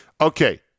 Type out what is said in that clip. Okay